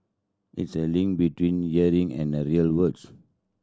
it's a link between learning and the real world